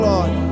Lord